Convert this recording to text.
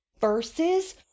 verses